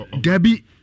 Debbie